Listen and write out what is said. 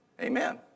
amen